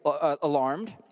alarmed